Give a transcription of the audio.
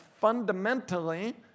fundamentally